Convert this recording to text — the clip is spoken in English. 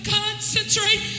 concentrate